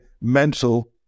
mental